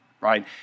right